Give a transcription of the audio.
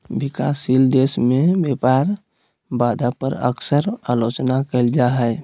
विकासशील देश में व्यापार बाधा पर अक्सर आलोचना कइल जा हइ